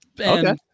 Okay